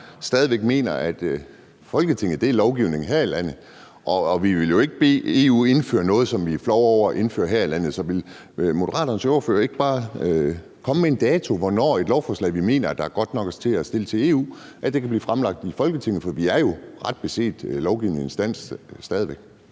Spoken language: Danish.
stadig væk mener, at Folketinget varetager lovgivningen her i landet, og vi ville jo ikke bede EU indføre noget, som vi er flove over at indføre her i landet. Så vil Moderaternes ordfører ikke bare komme med en dato for, hvornår et lovforslag, som man mener er godt nok til at blive fremlagt til EU, kan blive fremsat i Folketinget? For vi er jo ret beset stadig væk